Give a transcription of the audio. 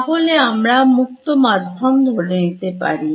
তাহলে আমরা মুক্ত মাধ্যম ধরে নিতে পারি